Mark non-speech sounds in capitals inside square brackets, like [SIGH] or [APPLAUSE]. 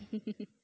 [LAUGHS]